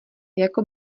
jako